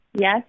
Yes